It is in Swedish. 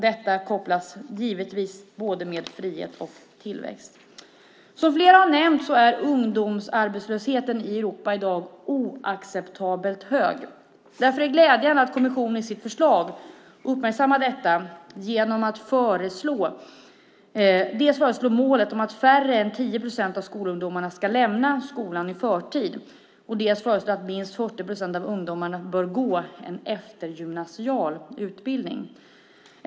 Detta kopplas givetvis till både frihet och tillväxt. Som flera har nämnt är ungdomsarbetslösheten i Europa i dag oacceptabelt hög. Därför är det glädjande att kommissionen i sitt förslag uppmärksammar detta genom att dels föreslå målet om att färre än 10 procent av skolungdomarna ska lämna skolan i förtid, dels föreslå att minst 40 procent av ungdomarna bör gå en eftergymnasial utbildning.